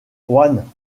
one